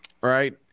Right